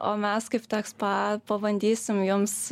o mes kaip tech spa pabandysim jums